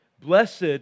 Blessed